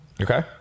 Okay